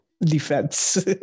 Defense